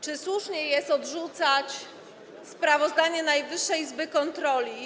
Czy słusznie jest odrzucać sprawozdanie Najwyższej Izby Kontroli?